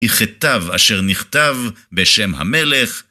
מכתב אשר נכתב, בשם המלך,